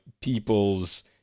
people's